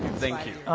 thank you.